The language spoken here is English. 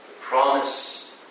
promise